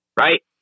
right